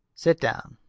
sit down,